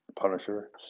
Punisher